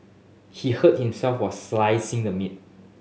he hurt himself while slicing the meat